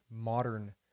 modern